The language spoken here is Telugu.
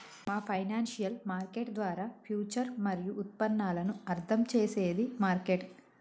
ఈ ఫైనాన్షియల్ మార్కెట్ ద్వారా ఫ్యూచర్ మరియు ఉత్పన్నాలను అర్థం చేసేది మార్కెట్